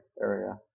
area